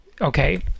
okay